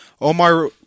Omar